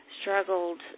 struggled